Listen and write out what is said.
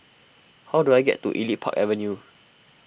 how do I get to Elite Park Avenue